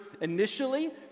initially